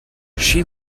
she